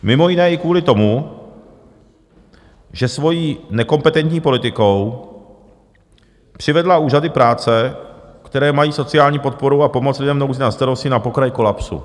Mimo jiné i kvůli tomu, že svojí nekompetentní politikou přivedla úřady práce, které mají sociální podporu a pomoc lidem v nouzi na starosti, na pokraj kolapsu.